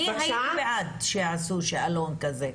הייתי בעד שיעשו שאלון כזה.